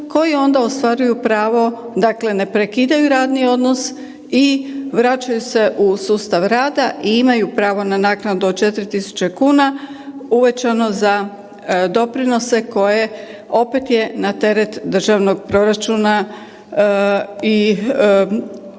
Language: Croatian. koji onda ostvaruju pravo, dakle ne prekidaju radni odnos i vraćaju se u sustav rada i imaju pravo na naknadu od 4.000 kuna uvećano za doprinose koje opet je na teret državnog proračuna i ono